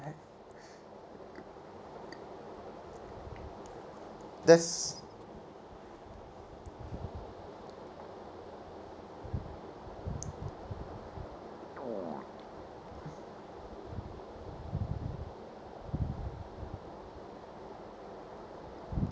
that's